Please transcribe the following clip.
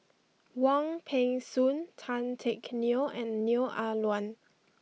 Wong Peng Soon Tan Teck Neo and Neo Ah Luan